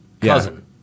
Cousin